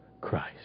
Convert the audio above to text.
Christ